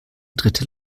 dritte